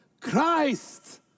Christ